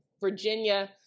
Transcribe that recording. Virginia